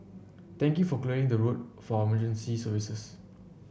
thank you for clearing the road for our emergency services